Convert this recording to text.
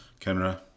Kenra